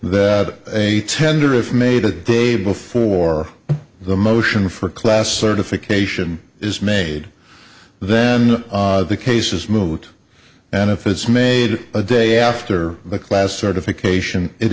a tender if made a day before the motion for class certification is made then the case is moot and if it's made a day after the class certification it